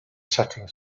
setting